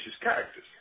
characters